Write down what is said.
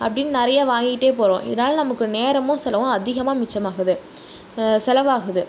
அப்படின்னு நிறைய வாங்கிட்டே போகிறோம் இதனாலே நேரமும் செலவும் அதிகமாக மிச்சமாகுது செலவாகுது